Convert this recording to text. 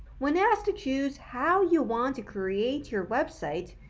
when asked to choose how you want to create your website,